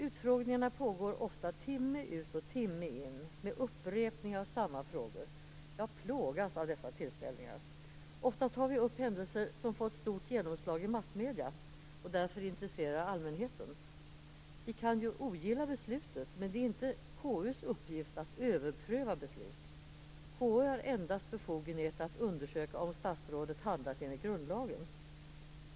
Utfrågningarna pågår ofta timme ut och timme in med upprepningar av samma frågor. Jag plågas av dessa tillställningar. Ofta tar vi upp händelser som fått stort genomslag i massmedierna och därför intresserar allmänheten. Vi kan ogilla beslutet, men det är inte KU:s uppgift att "överpröva" beslutet. KU har endast befogenhet att undersöka om statsrådet handlat enligt grundlagen.